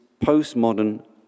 postmodern